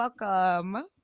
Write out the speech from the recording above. welcome